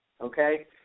okay